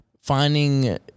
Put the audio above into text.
finding